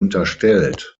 unterstellt